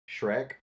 Shrek